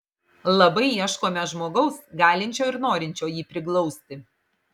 labai ieškome žmogaus galinčio ir norinčio jį priglausti